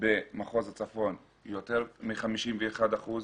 במחוז הצפון מועסקים יותר מ-51 אחוזים,